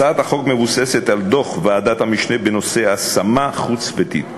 הצעת החוק מבוססת על דוח ועדת המשנה בנושא השמה חוץ-ביתית